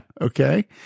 Okay